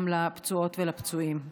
גם לפצועות ולפצועים.